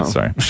Sorry